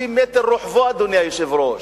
60 מטר רוחבו, אדוני היושב-ראש,